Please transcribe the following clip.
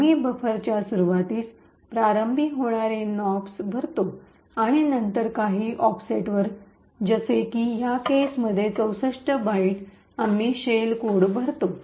आम्ही बफरच्या सुरूवातीस प्रारंभ होणारी नॅप्स भरतो आणि नंतर काही ऑफसेटवर जसेकी या केस मध्ये ६४ बाईट आम्ही शेल कोड भरतो